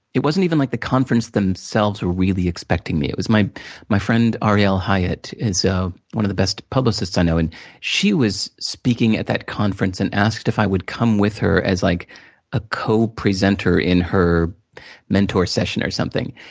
it wasn't even like the conference themselves were really expecting me. it was my my friend, arielle hyatt, is so one of the best publicists i know, and she was speaking at that conference, and asked if i would come with her, as like a co presenter in her mentoring session, or something.